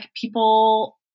people